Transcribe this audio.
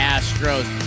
Astros